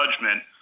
judgment